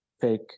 fake